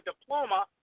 diploma